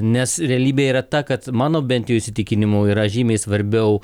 nes realybė yra ta kad mano bent jau įsitikinimu yra žymiai svarbiau